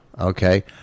Okay